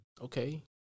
okay